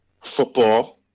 Football